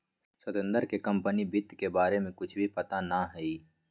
सत्येंद्र के कंपनी वित्त के बारे में कुछ भी पता ना हई